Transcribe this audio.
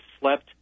slept